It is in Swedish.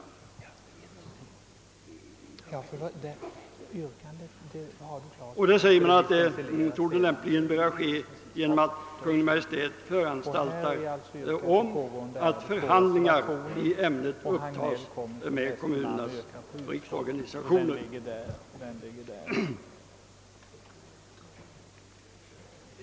Reservanterna anser att detta lämpligen torde »böra ske genom att Kungl. Maj:t föranstaltar om att förhandlingar i ämnet upptas med kommunernas riksorganisationer».